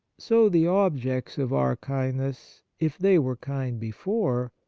so the objects of our kindness, if they were kind before,